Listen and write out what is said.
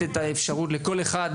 לתת אפשרות לכל אחד